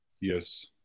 Yes